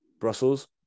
Brussels